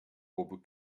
will